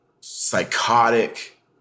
psychotic